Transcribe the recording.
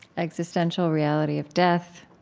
existential reality of death.